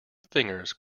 fingers